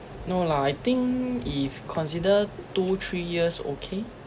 no lah I think if consider two three years okay